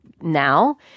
now